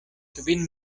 kvin